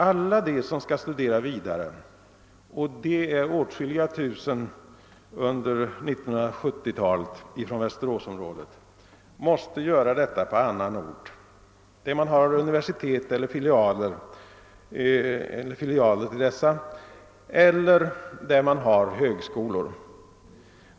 Alla de som skall studera vidare — och det är åtskilliga tusen under 1970-talet från Västeråsområdet — måste göra detta på annan ort, där man har universitet eller filialer till dessa eller där man har högskolor.